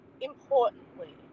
importantly